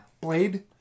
blade